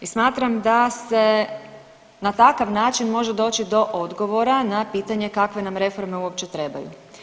I smatram da se na takav način može doći do odgovora na pitanje kakve nam reforme uopće trebaju.